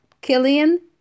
Killian